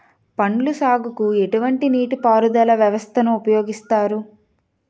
పండ్ల సాగుకు ఎటువంటి నీటి పారుదల వ్యవస్థను ఉపయోగిస్తారు?